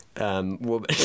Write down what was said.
woman